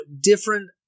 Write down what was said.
different